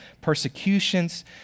persecutions